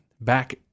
back